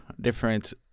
different